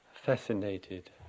fascinated